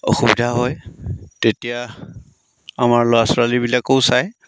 অসুবিধা হয় তেতিয়া আমাৰ ল'ৰা ছোৱালীবিলাকেও চায়